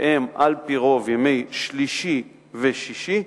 שהם על-פי רוב ימי שלישי ושישי,